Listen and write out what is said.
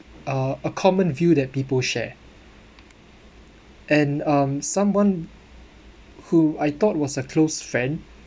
uh a common view that people share and um someone who I thought was a close friend